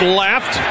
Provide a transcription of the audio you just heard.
left